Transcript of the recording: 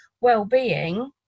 well-being